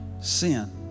sin